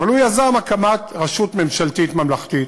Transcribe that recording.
אבל הוא יזם הקמת רשות ממשלתית ממלכתית,